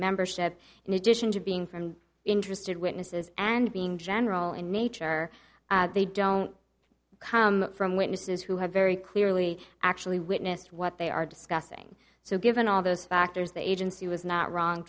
membership in addition to being from interested witnesses and being general in nature they don't come from witnesses who have very clearly actually witnessed what they are discussing so given all those factors the agency was not wrong